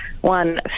one